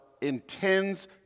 intends